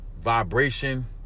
vibration